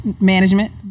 management